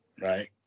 right